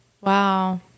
wow